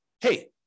hey